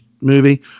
movie